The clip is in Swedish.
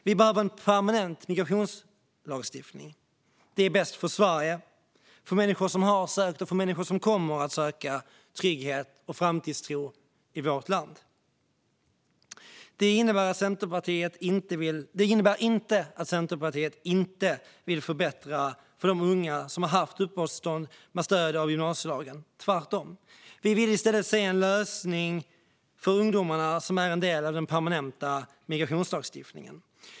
Vi behöver en permanent migrationslagstiftning. Det är bäst för Sverige, för människor som har sökt trygghet och framtidstro i vårt land och för människor som kommer att göra det. Det innebär inte att Centerpartiet inte vill förbättra för de unga som har haft uppehållstillstånd med stöd av gymnasielagen - tvärtom. Vi vill i stället se en lösning för ungdomarna som är en del av den permanenta migrationslagstiftningen.